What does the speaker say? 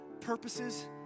purposes